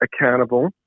accountable